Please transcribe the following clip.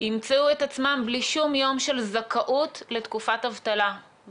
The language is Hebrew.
ימצאו את עצמם בלי שום יום של זכאות לתקופת אבטלה.